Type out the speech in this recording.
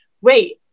wait